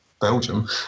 Belgium